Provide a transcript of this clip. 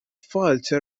fáilte